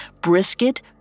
brisket